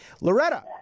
Loretta